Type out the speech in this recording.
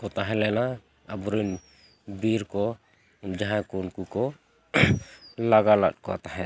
ᱠᱚ ᱛᱟᱦᱮᱸ ᱞᱮᱱᱟ ᱟᱵᱚᱨᱮᱱ ᱵᱤᱨ ᱠᱚ ᱡᱟᱦᱟᱸᱭ ᱠᱚ ᱩᱱᱠᱩ ᱠᱚ ᱞᱟᱜᱟᱞᱮᱫ ᱠᱚᱣᱟ ᱛᱟᱦᱮᱸᱫ